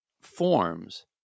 forms